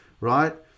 right